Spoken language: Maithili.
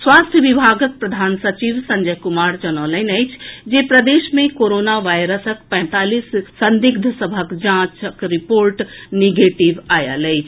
स्वास्थ्य विभागक प्रधान सचिव संजय कुमार जनौलनि अछि जे प्रदेश मे कोरोना वायरसक पैंतालीस संदिग्ध सभक जांचक रिपोर्ट निगेटिव आएल अछि